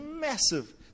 massive